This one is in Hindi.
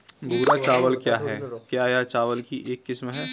भूरा चावल क्या है? क्या यह चावल की एक किस्म है?